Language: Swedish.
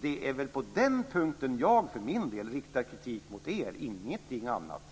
Det är på den punkten jag för min del riktar kritik mot er, inte för något annat.